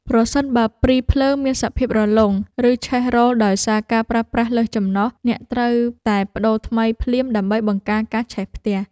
ប្រសិនបើព្រីភ្លើងមានសភាពរលុង ឬឆេះរោលដោយសារការប្រើប្រាស់លើសចំណុះ អ្នកត្រូវតែប្តូរថ្មីភ្លាមដើម្បីបង្ការការឆេះផ្ទះ។